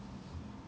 mm